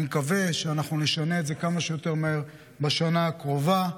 אני מקווה שאנחנו נשנה את זה כמה שיותר מהר בשנה הקרובה.